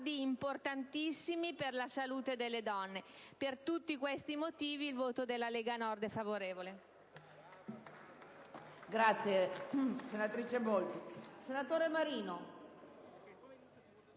importantissimi per la salute delle donne. Per tutti questi motivi, il voto della Lega Nord sarà favorevole.